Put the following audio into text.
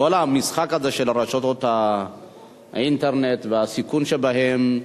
כל המשחק הזה של רשתות האינטרנט והסיכון שבהן,